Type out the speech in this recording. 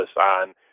on